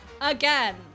Again